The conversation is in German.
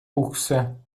buchse